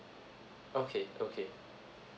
okay okay